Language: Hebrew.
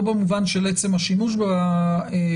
לא במובן של עצם השימוש בברקוד,